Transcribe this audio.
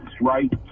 right